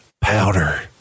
powder